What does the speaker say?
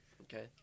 Okay